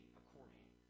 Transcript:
according